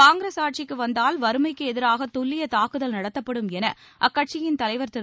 காங்கிரஸ் ஆட்சிக்கு வந்தால் வறுமைக்கு எதிராக துல்லிய தாக்குதல் நடத்தப்படும் என அக்கட்சியின் தலைவர் திரு